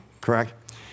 correct